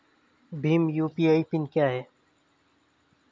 Bhim UPI PIN क्या है?